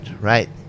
right